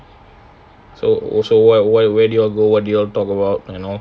so also what where where did you all go what did you all talk about you know